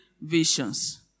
visions